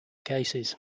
cases